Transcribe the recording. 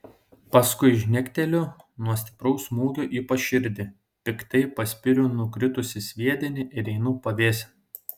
paskui žnekteliu nuo stipraus smūgio į paširdį piktai paspiriu nukritusį sviedinį ir einu pavėsin